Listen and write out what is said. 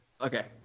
Okay